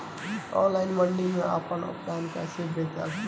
Online mandi मे आपन उत्पादन कैसे बेच सकत बानी?